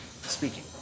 speaking